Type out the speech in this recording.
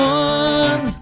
one